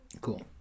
Cool